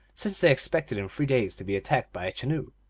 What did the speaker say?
since they expected in three days to be attacked by a chenoo.